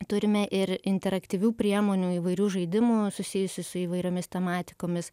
turime ir interaktyvių priemonių įvairių žaidimų susijusių su įvairiomis tematikomis